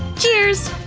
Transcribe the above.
cheers!